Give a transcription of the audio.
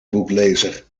boeklezer